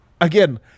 Again –